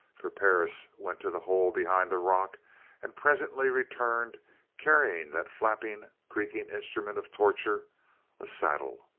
for perris went to the hole behind the rock and presently returned carrying that flapping, creaking instrument of torture a saddle.